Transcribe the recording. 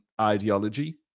ideology